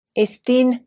estin